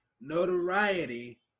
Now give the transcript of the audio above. notoriety